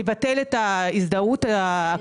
לבטל את ההזדהות האקטיבית.